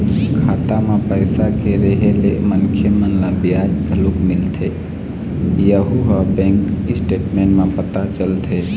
खाता म पइसा के रेहे ले मनखे मन ल बियाज घलोक मिलथे यहूँ ह बैंक स्टेटमेंट म पता चलथे